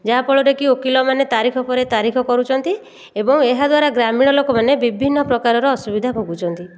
ଯାହାଫଳରେ କି ଓକିଲମାନେ ତାରିଖ ପରେ ତାରିଖ କରୁଛନ୍ତି ଏବଂ ଏହାଦ୍ୱାରା ଗ୍ରାମୀଣ ଲୋକମାନେ ବିଭିନ୍ନ ପ୍ରକାରର ଅସୁବିଧା ଭୋଗୁଛନ୍ତି